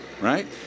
Right